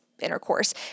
intercourse